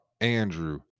Andrew